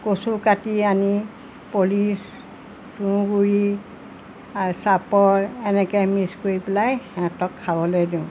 কচু কাটি আনি পলিচ তুঁহগুৰি আৰু চাপৰ এনেকৈ মিক্স কৰি পেলাই সিহঁতক খাবলৈ দিওঁ